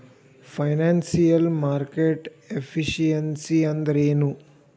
Financial market efficiency ಅಂದ್ರೇನು?